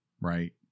Right